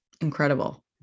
incredible